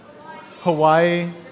Hawaii